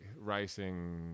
racing